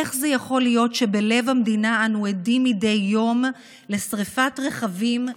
איך יכול להיות שבלב המדינה אנחנו עדים מדי יום לשריפת רכבים,